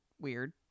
weird